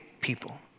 people